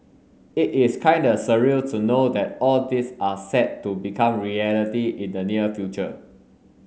it is kinda surreal to know that all this are set to become reality in the near future